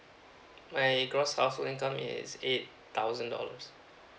my gross household income is eight thousand dollars